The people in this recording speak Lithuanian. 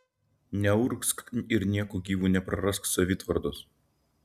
neurgzk ir nieku gyvu neprarask savitvardos